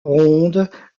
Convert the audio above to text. rondes